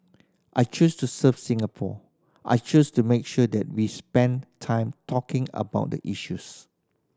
I chose to serve Singapore I chose to make sure that we spend time talking about the issues